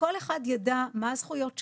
שכל אחד ידע מה הזכויות שלו,